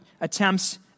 attempts